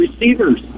receivers